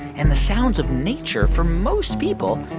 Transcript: and the sounds of nature, for most people,